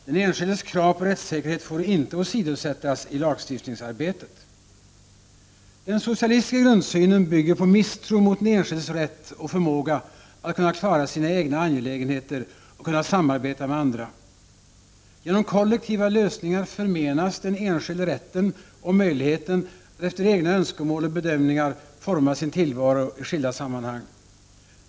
Den enskildes krav på rättssäkerhet får inte åsidosättas i lagstiftningsarbetet. Den socialistiska grundsynen bygger på misstro mot den enskildes rätt och förmåga att kunna klara sina egna angelägenheter och kunna samarbeta med andra. Genom kollektiva lösningar förmenas den enskilde rätten och möjligheten att efter egna önskemål och bedömningar forma sin tillvaro i skilda sammanhang.